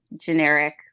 generic